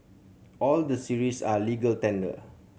all the series are legal tender